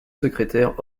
secrétaire